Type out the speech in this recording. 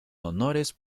honores